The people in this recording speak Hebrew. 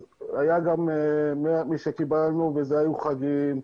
ומאז שקיבלנו היו חגים,